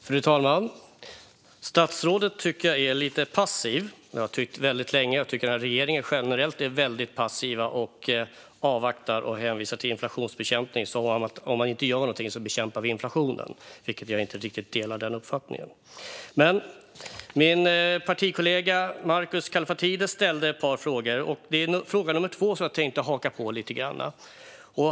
Fru talman! Jag tycker att statsrådet är lite passiv, och det har jag tyckt länge. Jag tycker att regeringen generellt är väldigt passiv när man avvaktar och hänvisar till inflationsbekämpningen. Om man inte gör någonting så ägnar man sig åt att bekämpa inflationen, verkar regeringen tycka. Jag delar inte riktigt den uppfattningen. Min partikollega Markus Kallifatides ställde ett par frågor, och jag tänkte haka på fråga nummer två.